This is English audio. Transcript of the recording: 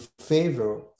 favor